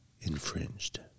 infringed